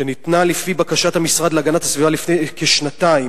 שניתנה לפי בקשת המשרד להגנת הסביבה לפני כשנתיים,